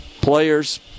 players